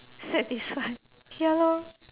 satisfied ya lor